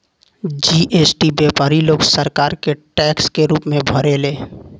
GST व्यापारी लोग सरकार के टैक्स के रूप में भरेले